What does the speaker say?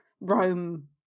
Rome